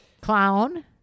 clown